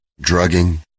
drugging